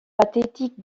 batetik